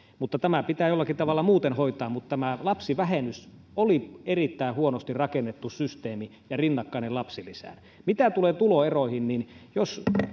tämä pitää jollakin tavalla muuten hoitaa mutta lapsivähennys oli erittäin huonosti rakennettu systeemi ja rinnakkainen lapsilisään mitä tulee tuloeroihin niin jos